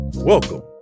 Welcome